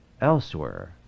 elsewhere